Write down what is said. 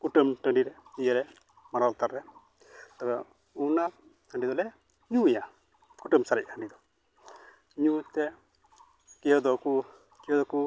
ᱠᱩᱴᱟᱹᱢ ᱴᱟᱺᱰᱤ ᱨᱮ ᱤᱭᱟᱹ ᱨᱮ ᱢᱟᱰᱣᱟ ᱞᱟᱛᱟᱨ ᱨᱮ ᱛᱚᱵᱮ ᱚᱱᱟ ᱦᱟᱺᱰᱤ ᱫᱚᱞᱮ ᱧᱩᱭᱟ ᱠᱩᱴᱟᱹᱢ ᱥᱟᱨᱮᱡ ᱦᱟᱺᱰᱤ ᱫᱚ ᱧᱩ ᱛᱮ ᱠᱮᱣ ᱫᱚᱠᱚ ᱠᱮᱣ ᱠᱚ